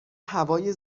هوای